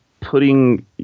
putting –